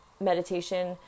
meditation